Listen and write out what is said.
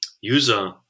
user